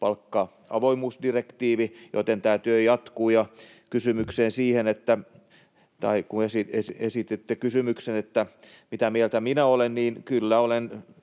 palkka-avoimuusdirektiivi, joten tämä työ jatkuu. Kun esititte kysymyksen siitä, mitä mieltä minä olen, niin kyllä olen